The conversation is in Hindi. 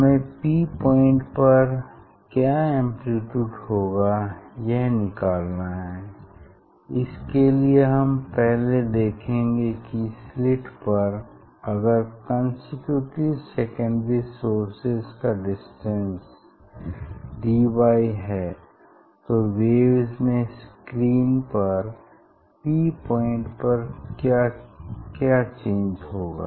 हमें P पॉइंट पर क्या एम्प्लीट्यूड होगा यह निकालना है इसके लिए हम पहले देखेंगे कि स्लिट पर अगर कोनसेक्युटिव सेकेंडरी सोर्सेज का डिस्टेंस अगर dy है तो वेव्स में स्क्रीन पर P पॉइंट पर क्या चेंज होगा